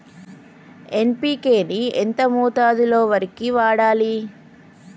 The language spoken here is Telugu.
ఎన్.పి.కే ని ఎంత మోతాదులో వరికి వాడాలి?